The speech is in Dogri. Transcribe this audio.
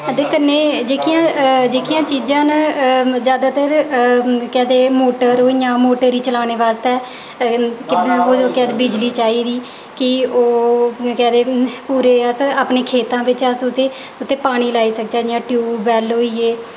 ते कन्नै जेह्कियां जेह्कियां चीजां न जादातर केह् आखदे मोटर होइयां मोटर गी चलाने बास्तै केह् आखदे बिजली चाहिदी कि ओह् केह् आखदे पूरे अस खेत्तां बिच्च उसी उत्थें पानी लाई सकचै जियां टयूबैल्ल होई गे